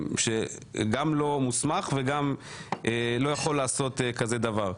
שגם לא מוסמך וגם לא יכול לעשות דבר כזה.